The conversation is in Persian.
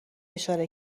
اشاره